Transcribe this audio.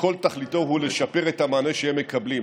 שכל תכליתו היא לשפר את המענה שהם מקבלים.